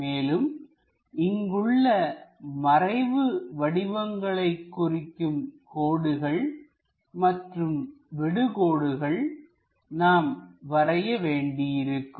மேலும் இங்குள்ள மறைவு வடிவங்களை குறிக்கும் கோடுகள் மற்றும் விடு கோடுகள் நாம் வரைய வேண்டியிருக்கும்